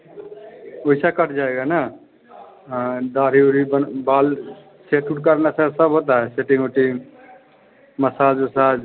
वैसा कट जाएगा न हाँ दाढ़ी ओढ़ी बन बाल सेट उट करना सर सब होता है सेटिंग ओटिंग मसाज ओसाज